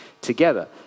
together